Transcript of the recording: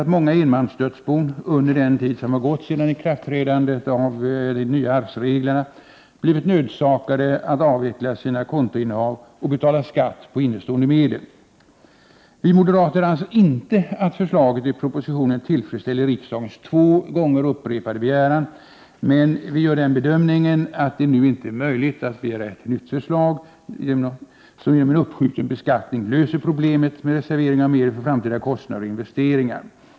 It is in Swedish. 1988/89:124 medfört att många enmansdödsbon sedan tiden för ikraftträdandet av de nya 30 maj 1989 arvsreglerna blivit nödsakade att avveckla sina kontoinnehav och betala skatt på innestående medel. Vi moderater anser inte att förslaget i propositionen tillfredsställer riksdagens två gånger framförda begäran, men vi gör den bedömningen att det nu inte är möjligt att begära ett nytt förslag om uppskjutande av beskattningen för att lösa problemet med reservering av medel för framtida kostnader och investeringar.